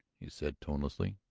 he said tonelessly.